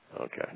Okay